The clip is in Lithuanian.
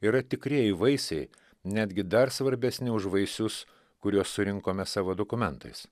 yra tikrieji vaisiai netgi dar svarbesni už vaisius kuriuos surinkome savo dokumentais